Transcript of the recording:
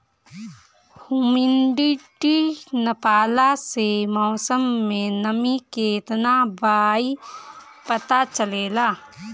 humidity नापला से मौसम में नमी केतना बा इ पता चलेला